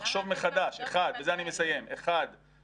לחשוב מחדש: אחד,